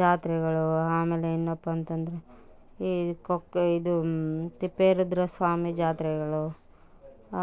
ಜಾತ್ರೆಗಳು ಆಮೇಲೆ ಏನಪ್ಪ ಅಂತಂದರೆ ಈ ಕೊಕ್ಕೆ ಇದು ತಿಪ್ಪೇರುದ್ರಸ್ವಾಮಿ ಜಾತ್ರೆಗಳು